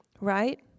Right